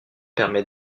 permet